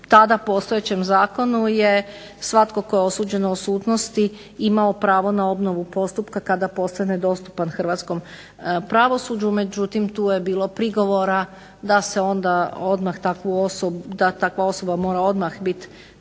tada postojećem zakonu je svatko tko je osuđen u odsutnosti imao pravo na obnovu postupka kada postane dostupan hrvatskom pravosuđu. Međutim, tu je bilo prigovora da se onda odmah takvu osobu, da takva osoba mora odmah biti